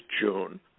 June